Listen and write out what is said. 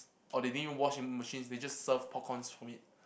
or they didn't even wash the machines they just serve popcorn from it